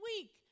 week